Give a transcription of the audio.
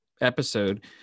episode